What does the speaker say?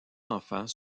enfants